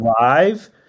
live